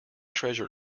treasure